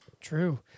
True